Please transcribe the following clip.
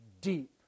deep